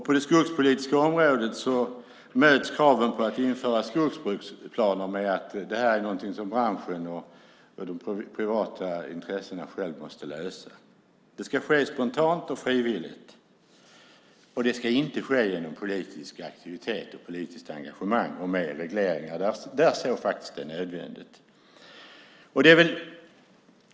På det skogspolitiska området möts kraven på att införa skogsbruksplaner med att det här är någonting som branschen och de privata intressena själva måste lösa. Det ska ske spontant och frivilligt, inte genom politisk aktivitet och politiskt engagemang och med regleringar. Där anser jag att det är nödvändigt.